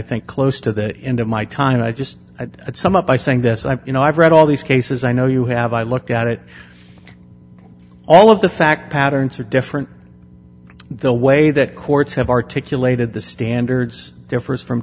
think close to that end of my time and i just had some up by saying this i you know i've read all these cases i know you have i looked at it all of the fact patterns are different the way that courts have articulated the standards differs from